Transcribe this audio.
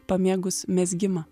pamėgus mezgimą